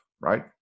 right